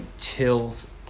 chills